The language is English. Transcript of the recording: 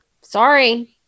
Sorry